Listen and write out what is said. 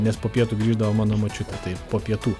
nes po pietų grįždavo mano močiutė tai po pietų